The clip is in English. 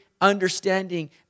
understanding